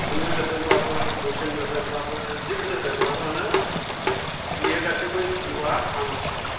हिन्दु दोहोरोम बाबो मुस्लिम दोहोरोमबाबो जेखुनु दोहोरोम लानायानो बेयो गासिबो जिउवा आंनिसो